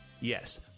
yes